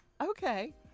Okay